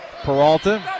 Peralta